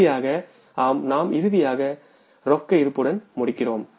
இறுதியாக நாம் இறுதி ரொக்க இருப்புடன் முடிக்கிறோம்